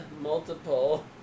multiple